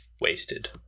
wasted